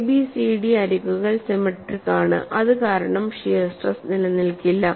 AB CD അരികുകൾ symmetric ആണ്അതു കാരണം ഷിയർ സ്ട്രെസ് നിലനിൽക്കില്ല